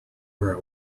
where